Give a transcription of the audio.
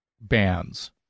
bands